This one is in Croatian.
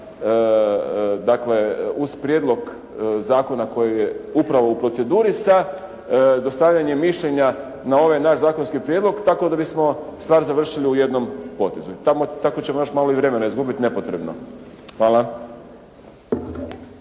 dakle uz prijedlog zakona koji je upravo u proceduri sa dostavljanjem mišljenja na ovaj naš zakonski prijedlog tako da bismo stvar završili u jednom potezu. Tako ćemo još malo i vremena izgubiti nepotrebno. Hvala.